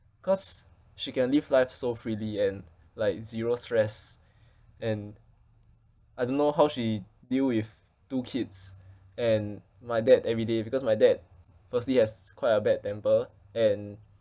cause she can live life so freely and like zero stress and I didn't know how she deal with two kids and my dad every day because my dad firstly has quite a bad temper and